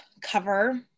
Cover